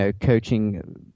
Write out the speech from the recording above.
coaching